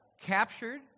captured